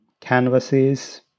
canvases